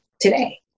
today